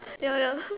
ya ya